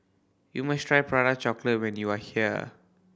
you must try Prata Chocolate when you are here